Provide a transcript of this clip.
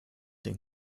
den